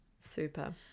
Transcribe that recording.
super